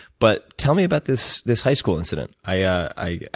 but tell me about this this high school incident. i